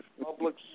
Public